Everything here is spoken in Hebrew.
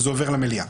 זה עובר למליאה.